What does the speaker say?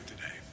today